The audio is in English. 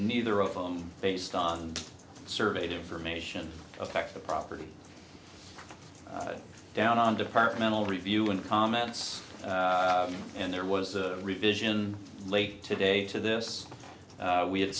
neither of them based on surveyed information affect the property down on departmental review and comments and there was a revision late today to this we had